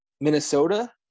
Minnesota